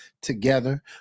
together